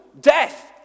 Death